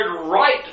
right